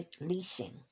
leasing